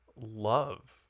love